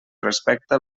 respecta